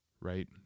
Right